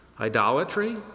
idolatry